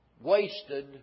wasted